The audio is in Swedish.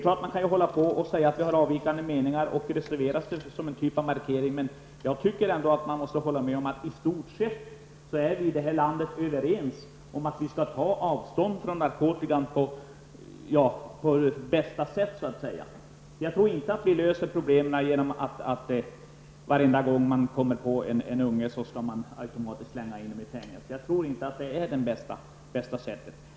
Visst kan man säga att vi har avvikande meningar och avge en reservation som en typ av markering, men jag anser ändå att man måste hålla med om att vi i detta land i stort sett är överens om att vi skall bekämpa narkotikan på bästa sätt. Jag tror inte att man löser problemen genom att automatiskt slänga in unga människor i fängelse varje gång man kommer på dem. Jag tror inte att detta är det bästa sättet.